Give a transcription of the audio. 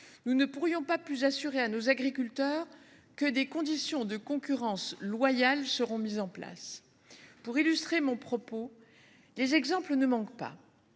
Nous ne pourrions pas plus assurer à nos agriculteurs que les conditions d’une concurrence loyale seront mises en place. Pour illustrer mon propos, les exemples ne manquent pas.